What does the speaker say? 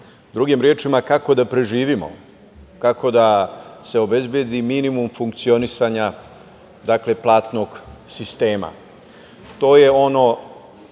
drugim rečima kako da preživimo, kako da se obezbedi minimum funkcionisanja platnog sistema. To je ono